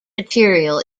material